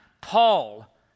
Paul